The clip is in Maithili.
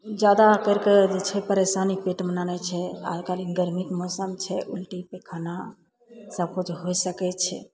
जादा करिके जे छै से परेशानी पेटमे आनय छै आइ काल्हि गरमीके मौसम छै उलटी पेखाना सब किछु होइ सकय छै